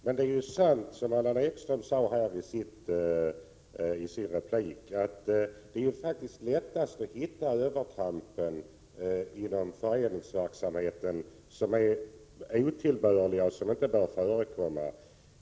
Men det är sant som 135 Allan Ekström sade i sin replik, att det är lätt att hitta övertramp inom föreningsverksamheten som är otillbörliga och som inte bör förekomma.